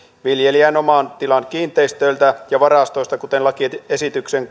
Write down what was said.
viljelijän oman tilan kiinteistöiltä ja varastoista kuten lakiesityksen